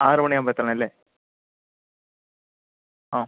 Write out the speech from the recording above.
ആറ് മണിയാവുമ്പോൾ എത്തണം അല്ലേ ആ